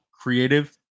creative